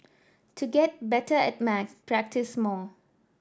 to get better at maths practise more